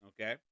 Okay